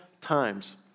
times